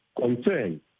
concern